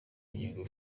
ngingo